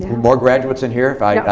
more graduates in here if i